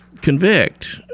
convict